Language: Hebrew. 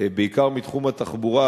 בעיקר מתחום התחבורה,